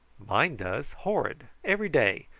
mine does, horrid, every day,